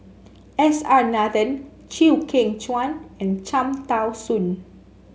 S R Nathan Chew Kheng Chuan and Cham Tao Soon